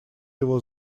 его